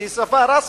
שהיא שפה רשמית,